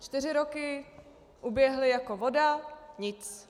Čtyři roky uběhly jako voda nic.